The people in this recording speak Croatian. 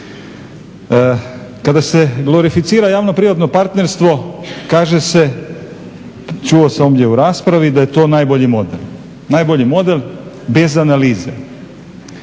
Kada se glorificira javno-privatno partnerstvo kaže se, čuo sam ovdje u raspravi, da je to najbolji model, bez analize.